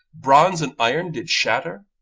bronze and iron did shatter,